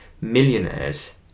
millionaires